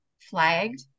flagged